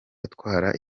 atwara